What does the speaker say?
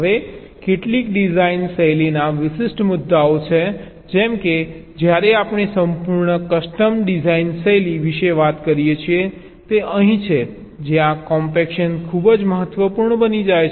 હવે કેટલીક ડિઝાઇન શૈલીના વિશિષ્ટ મુદ્દાઓ છે જેમ કે જ્યારે આપણે સંપૂર્ણ કસ્ટમ ડિઝાઇન શૈલી વિશે વાત કરીએ છીએ તે અહીં છે જ્યાં કોમ્પેક્શન ખૂબ જ મહત્વપૂર્ણ બની જાય છે